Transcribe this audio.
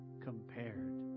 Compared